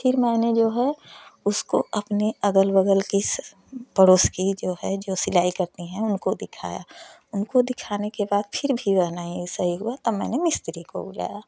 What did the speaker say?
फिर मैंने जो है उसको अपने अगल बगल की पड़ोस की जो है जो सिलाई करती हैं उनको दिखाया उनको दिखाने के बाद फिर भी वह नहीं सही हुआ तब मैंने मिस्त्री को बुलाया